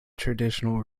traditional